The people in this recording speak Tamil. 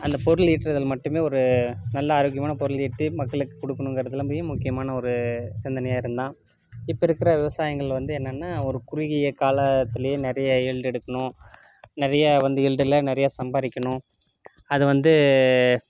அந்த பொருள் ஈட்டுறதுல மட்டுமே ஒரு நல்ல ஆரோக்கியமான பொருள் ஈட்டி மக்களுக்கு கொடுக்கணுங்குறதுலம்பி முக்கியமான ஒரு சிந்தனையாக இருந்தான் இப்போ இருக்கிற விவசாயிங்கள் வந்து என்னன்னா ஒரு குறுகிய காலத்திலே நிறைய ஈல்டெடுக்கணும் நிறையா வந்து ஈல்டெல்லாம் நிறையா சம்பாதிக்கணும் அதை வந்து